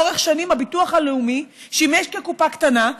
לאורך שנים הביטוח הלאומי שימש כקופה קטנה.